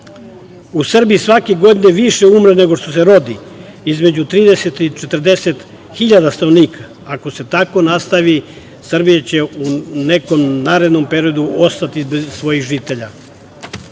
Srbiji svake godine više umre nego što se rodi, između 30 i 40.000 stanovnika. Ako se tako nastavi Srbija će u nekom narednom periodu ostati bez svojih žitelja. Stanje